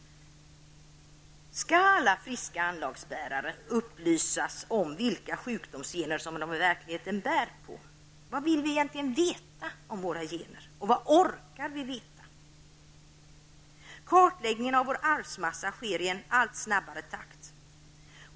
Skall alla friska anlagsbärare upplysas om vilka sjukdomsgener de bär på? Vad vill vi egentligen veta om våra gener och vad orkar vi veta? Kartläggningen av vår arvsmassa sker i allt snabbare takt.